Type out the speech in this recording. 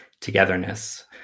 togetherness